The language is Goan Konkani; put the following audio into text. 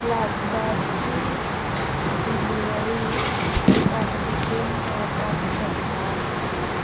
फ्लास्काची डिलिव्हरी ताकतिकेन मेळपाक शकता